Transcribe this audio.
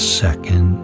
second